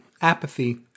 apathy